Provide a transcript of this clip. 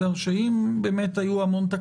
וזה דבר שמבחינתי הוא עדות,